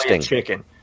chicken